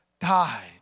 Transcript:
died